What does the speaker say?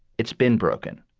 it's been broken.